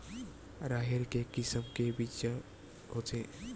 राहेर के किसम के बीज होथे?